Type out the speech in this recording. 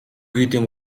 хийдийн